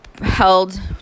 held